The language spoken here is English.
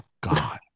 god